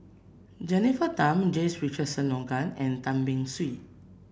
Jennifer Tham James Richardson Logan and Tan Beng Swee